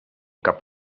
cap